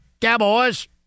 cowboys